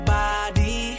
body